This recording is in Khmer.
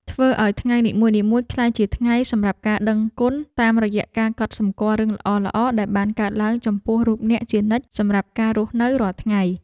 ធ្វើឱ្យថ្ងៃនីមួយៗក្លាយជាថ្ងៃសម្រាប់ការដឹងគុណតាមរយៈការកត់សម្គាល់រឿងល្អៗដែលបានកើតឡើងចំពោះរូបអ្នកជានិច្ចសម្រាប់ការរស់នៅរាល់ថ្ងៃ។